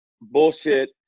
Bullshit